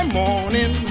morning